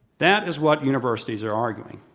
that is what universities are arguing.